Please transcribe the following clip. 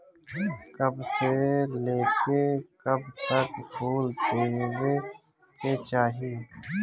कब से लेके कब तक फुल देवे के चाही?